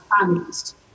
families